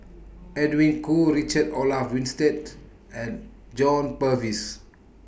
Edwin Koo Richard Olaf Winstedt and John Purvis